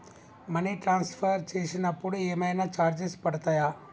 Money transfer చేసినప్పుడు ఏమైనా charges పడతయా?